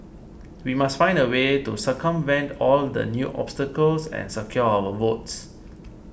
we must find a way to circumvent all the new obstacles and secure our votes